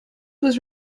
was